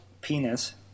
penis